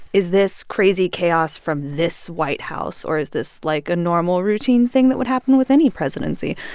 is this crazy chaos from this white house? or is this, like, a normal, routine thing that would happen with any presidency?